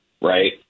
Right